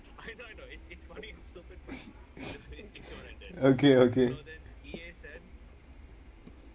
okay okay